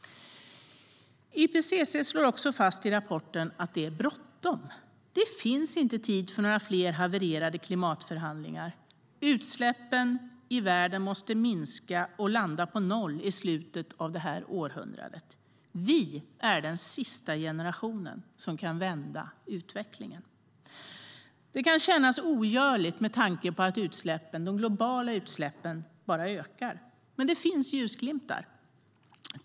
IPCC slår också fast i rapporten att det är bråttom. Det finns inte tid för några fler havererade klimatförhandlingar. Utsläppen i världen måste minska och landa på noll i slutet av detta århundrade. Vi är den sista generationen som kan vända utvecklingen. Det kan kännas ogörligt med tanke på att de globala utsläppen bara ökar. Men det finns ljusglimtar.